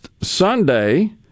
Sunday